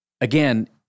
again